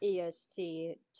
EST